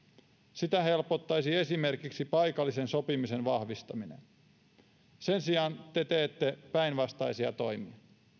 sitä helpottaisi esimerkiksi paikallisen sopimisen vahvistaminen sen sijaan te teette päinvastaisia toimia